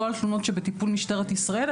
לא על תלונות שבטיפול משטרת ישראל,